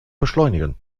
beschleunigen